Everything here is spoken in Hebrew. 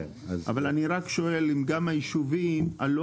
אבל אני רק שואל אם גם ביישובים הלא